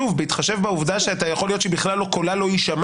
שוב בהתחשב בעובדה שיכול להיות שבכלל קולה לא יישמע